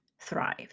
thrive